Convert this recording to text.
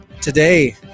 today